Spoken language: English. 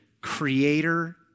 creator